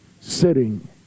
sitting